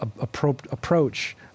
approach